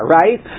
right